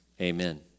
Amen